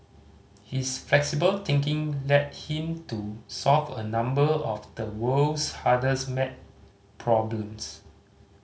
his flexible thinking led him to solve a number of the world's hardest maths problems